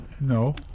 No